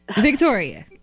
Victoria